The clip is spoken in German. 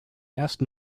ersten